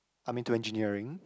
I'm into engineering